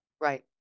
Right